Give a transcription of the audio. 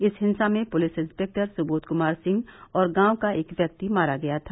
इस हिंसा में पुलिस इंस्पेक्टर सुबोध कुमार सिंह और गांव का एक व्यक्ति मारा गया था